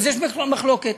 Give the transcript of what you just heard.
אז יש בכלל מחלוקת.